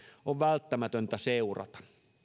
on välttämätöntä seurata